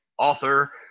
author